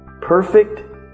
Perfect